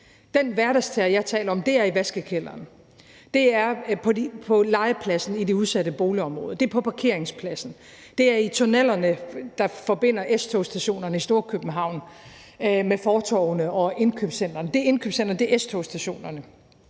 Den hverdagsterror, jeg taler om, er i vaskekælderen; det er på legepladsen i det udsatte boligområde; det er på parkeringspladsen; det er i tunnellerne, der forbinder S-togsstationerne i Storkøbenhavn med fortovene og indkøbscentrene; det er i indkøbscentrene; det er på S-togsstationerne;